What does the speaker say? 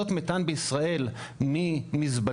מתאן בישראל ממזבלות,